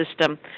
system